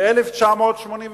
מ-1988,